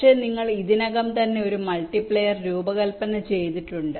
പക്ഷേ നിങ്ങൾ ഇതിനകം ഒരു മൾട്ടിപ്ലയർ രൂപകൽപ്പന ചെയ്തിട്ടുണ്ട്